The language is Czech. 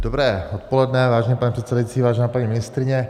Dobré odpoledne, vážený pane předsedající, vážená paní ministryně.